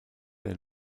der